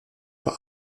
vor